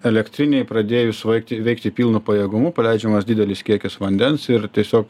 elektrinei pradėjus vaikti veikti pilnu pajėgumu paleidžiamas didelis kiekis vandens ir tiesiog